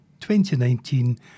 2019